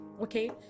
Okay